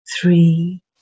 Three